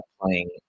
playing